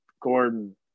Gordon